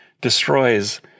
destroys